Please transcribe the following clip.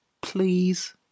please